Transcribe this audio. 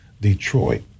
Detroit